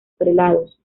prelados